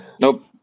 Nope